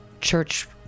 church